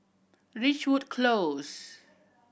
Ridgewood Close